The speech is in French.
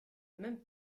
même